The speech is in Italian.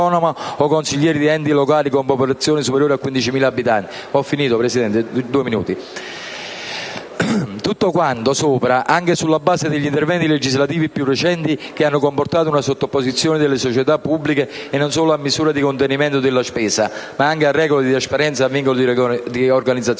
superiore a 15.000 abitanti. Tutto quanto sopra si basa anche sugli interventi legislativi più recenti, che hanno comportato una sottoposizione delle società pubbliche non solo a misure di contenimento della spesa, ma anche a regole di trasparenza e vincoli di organizzazione.